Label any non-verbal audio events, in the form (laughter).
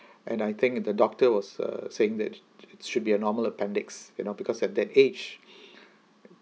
and I think the doctor was uh saying that should be a normal appendix you know because at that age (breath)